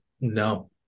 no